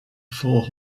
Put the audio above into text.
four